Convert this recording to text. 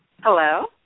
Hello